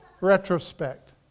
retrospect